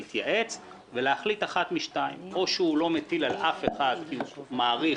להתייעץ ולהחליט אחת משתיים: או שהוא לא מטיל על אף אחד כי הוא מעריך,